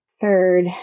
third